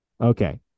Okay